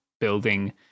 building